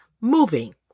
moving